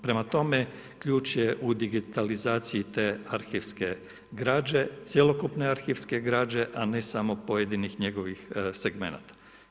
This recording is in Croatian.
Prema tome, ključ je u digitalizaciji te arhivske građe, cjelokupne arhivske građe a ne samo pojedinih njegovih segmenata.